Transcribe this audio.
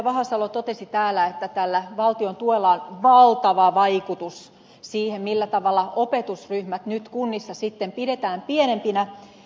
vahasalo totesi täällä että tällä valtion tuella on valtava vaikutus siihen millä tavalla opetusryhmät nyt kunnissa sitten pidetään pienempinä